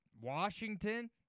Washington